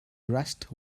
rust